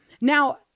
Now